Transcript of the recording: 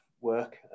work